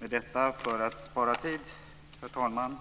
Med detta tackar jag för mig för spara tid.